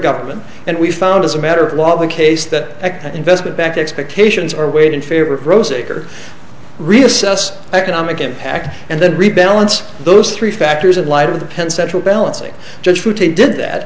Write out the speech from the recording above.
government and we found as a matter of law the case that an investment bank expectations are waiting favorite rosier reassess economic impact and then rebalance those three factors in light of the penn central balancing judge who did that